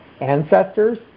ancestors